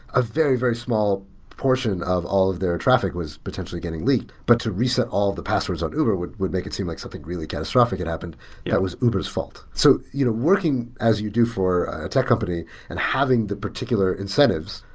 a very, very small portion of all of their traffic was potentially getting leaked, but to reset all the passwords on uber would would make it seem like something really catastrophic had happened that yeah was uber s fault. so you know working as you do for a tech company and having the particular incentives,